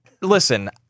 listen